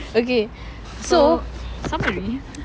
okay so summary